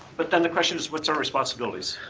but then the question is, what's our responsibilities?